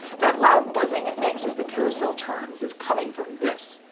that loud buzzing it makes as the carousel turns is coming from this.